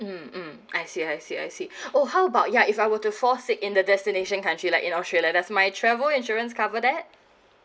mm mm I see I see I see oh how about ya if I were to fall sick in the destination country like in australia that's my travel insurance cover that